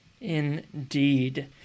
Indeed